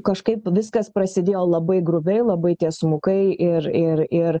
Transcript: kažkaip viskas prasidėjo labai grubiai labai tiesmukai ir ir ir